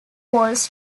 walls